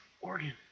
Oregon